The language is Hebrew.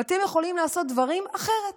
ואתם יכולים לעשות דברים אחרת